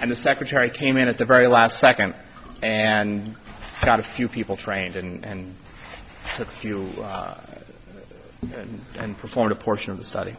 and the secretary came in at the very last second and got a few people trained and fuel and performed a portion of the study